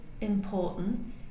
important